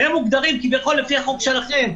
הם מוגדרים כביכול לפי החוק שלכם,